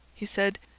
he said.